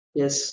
yes